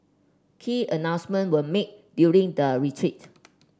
key announcement were made during the retreat